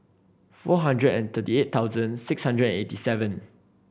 four hundred and thirty eight thousand six hundred and eighty seven